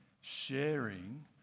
sharing